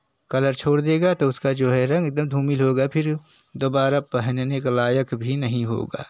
colour छोड़ देगा तो उसका जो है रंग एकदम धूमिल होगा फिर दोबारा पहनने लायक भी नहीं होगा